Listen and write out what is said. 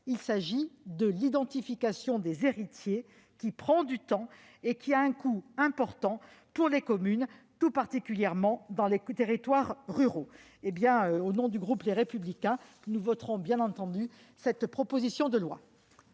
Il s'agit de l'identification des héritiers, qui prend du temps et a un coût important pour les communes, tout particulièrement dans les territoires ruraux. Le groupe Les Républicains votera bien évidemment cette proposition de loi.